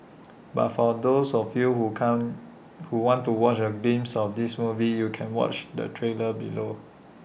but for those of you who can't who want to watch A glimpse of this movie you can watch the trailer below